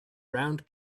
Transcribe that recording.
round